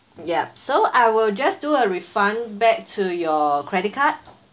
yup so I will just do a refund back to your credit card